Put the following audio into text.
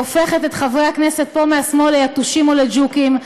הופכת את חברי הכנסת פה מהשמאל ליתושים או לג'וקים,